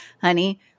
Honey